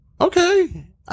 okay